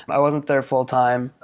i wasn't there full time,